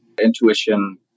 intuition